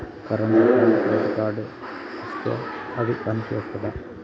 Current అకౌంట్కి credit card ఇత్తే అది పని చేత్తదా?